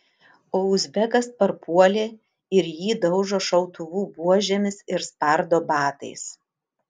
o uzbekas parpuolė ir jį daužo šautuvų buožėmis ir spardo batais